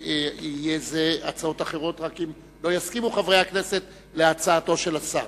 יהיו הצעות אחרות רק אם חברי הכנסת לא יסכימו להצעתו של השר.